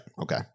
Okay